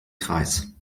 kreis